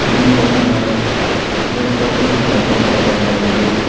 ꯃꯤ ꯑꯗꯨꯅ ꯃꯣꯏ ꯇꯔꯨꯛ ꯑꯗꯨ ꯇꯣꯉꯛꯄ ꯃꯇꯝꯗ ꯒꯥꯔꯤ ꯑꯗꯨ